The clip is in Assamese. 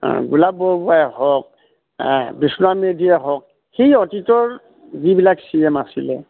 গোলাপ বৰগোঁহাই হওক বিষ্ণুৰাম মেধিয়ে হওক সেই অতীতৰ যিবিলাক চি এম আছিলে